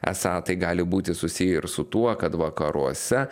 esą tai gali būti susiję ir su tuo kad vakaruose